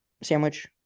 sandwich